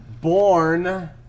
born